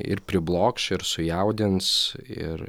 ir priblokš ir sujaudins ir